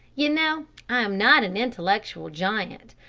you know i am not an intellectual giant.